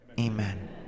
Amen